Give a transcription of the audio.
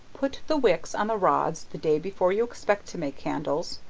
put the wicks on the rods the day before you expect to make candles,